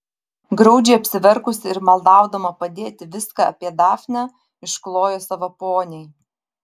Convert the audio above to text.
graudžiai apsiverkusi ir maldaudama padėti viską apie dafnę išklojo savo poniai